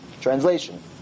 Translation